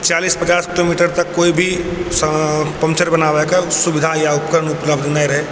चालीस पचास किलोमीटर तक कोइ भी पञ्चर बनाबैके सुविधा या उपकरण उपलब्ध नहि रहै